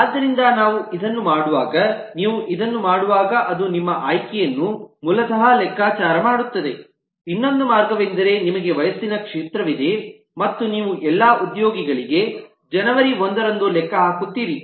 ಆದ್ದರಿಂದ ನಾವು ಇದನ್ನು ಮಾಡುವಾಗ ನೀವು ಇದನ್ನು ಮಾಡುವಾಗ ಅದು ನಿಮ್ಮ ಆಯ್ಕೆಯನ್ನು ಮೂಲತಃ ಲೆಕ್ಕಾಚಾರ ಮಾಡುತ್ತದೆ ಇನ್ನೊಂದು ಮಾರ್ಗವೆಂದರೆ ನಿಮಗೆ ವಯಸ್ಸಿನ ಕ್ಷೇತ್ರವಿದೆ ಮತ್ತು ನೀವು ಎಲ್ಲಾ ಉದ್ಯೋಗಿಗಳಿಗೆ ಜನವರಿ 1 ರಂದು ಲೆಕ್ಕ ಹಾಕುತ್ತೀರಿ